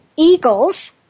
Eagles